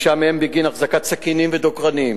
חמישה מהם בגין החזקת סכינים ודוקרנים.